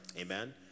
amen